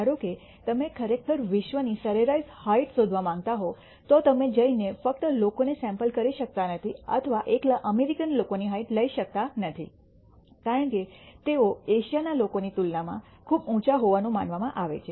ધારો કે તમે ખરેખર વિશ્વની સરેરાશ હાઈટ શોધવા માંગતા હો તો તમે જઈ ને ફક્ત લોકો ને સૈમ્પલ કરી શકતા નથી અથવા એકલા અમેરિકન લોકોની હાઈટ લઈ શકતા નથી કારણ કે તેઓ એશિયન લોકોની તુલનામાં ખૂબ ઉંચા હોવાનું માનવામાં આવે છે